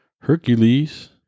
Hercules